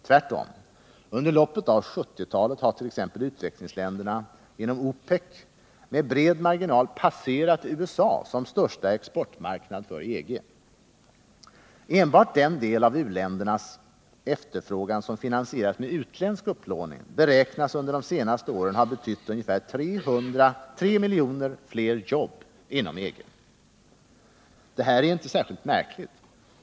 Tvärtom: under loppet av 1970 talet har t.ex. utvecklingsländerna inom OPEC med bred marginal passerat USA som största exportmarknad för EG. Enbart den del av u-ländernas efterfrågan som finansieras med utländsk upplåning beräknas under de senaste åren ha betytt ungefär 3 miljoner fler jobb inom EG. Det här är inte särskilt märkligt.